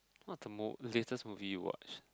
what the mo~ latest movie you watched